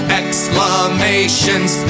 exclamations